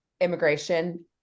immigration